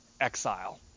exile